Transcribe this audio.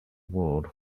world